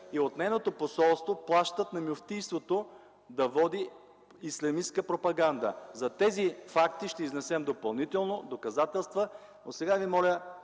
и от нейното посолство плащат на мюфтийството да води ислямистка пропаганда. За тези факти ще изнесем допълнително доказателства,